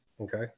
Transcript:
Okay